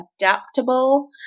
adaptable